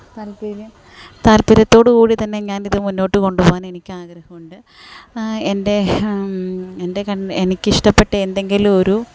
താല്പര്യം താല്പര്യത്തോടു കൂടിത്തന്നെ ഞാനിത് മുന്നോട്ട് കൊണ്ടുപോവാന് എനിക്ക് ആഗ്രഹം ഉണ്ട് എന്റെ എന്റെ കണ്ണിൽ എനിക്ക് ഇഷ്ടപ്പെട്ട എന്തെങ്കിലും ഒരു